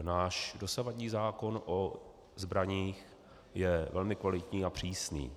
Náš dosavadní zákon o zbraních je velmi kvalitní a přísný.